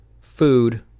food